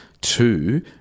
Two